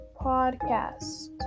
podcast